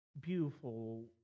beautiful